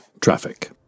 traffic